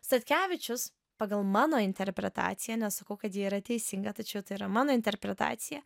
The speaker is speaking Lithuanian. statkevičius pagal mano interpretaciją nesakau kad ji yra teisinga tačiau tai yra mano interpretacija